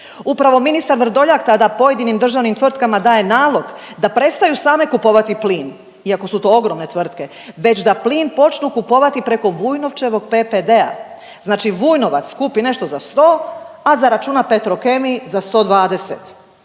Upravo ministar Vrdoljak tada pojedinim državnim tvrtkama daje nalog da prestaju same kupovati plin, iako su to ogromne tvrtke, već da plin počnu kupovati preko Vujnovčevog PPD-a. Znači Vujnovac kupi nešto za 100, a zaračuna Petrokemiji za 120.